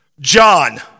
John